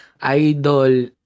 idol